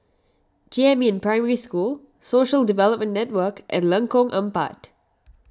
Jiemin Primary School Social Development Network and Lengkong Empat